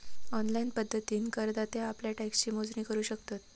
online पद्धतीन करदाते आप्ल्या टॅक्सची मोजणी करू शकतत